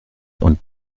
und